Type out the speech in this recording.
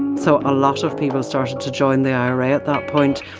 so a lot of people started to join the ira at that point.